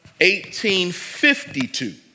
1852